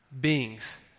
beings